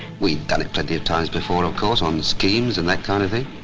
we'd done it plenty of times before, of course, on schemes and that kind of thing.